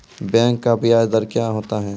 Bank का ब्याज दर क्या होता हैं?